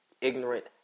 ignorant